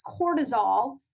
cortisol